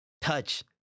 touch